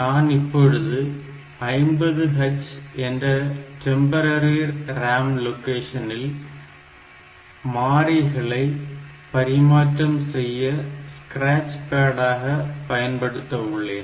நான் இப்பொழுது 50h என்ற டெம்பரரி RAM லொகேஷனில் மாறிகளை பரிமாற்றம் செய்ய ஸ்கிராட்ச் பேடாக பயன்படுத்த உள்ளேன்